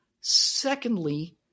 Secondly